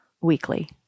weekly